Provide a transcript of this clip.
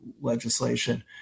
legislation